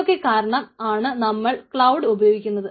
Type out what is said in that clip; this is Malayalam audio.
ഇതൊക്കെ കാരണം ആണ് നമ്മൾ ക്ലൌഡ് ഉപയോഗിക്കുന്നത്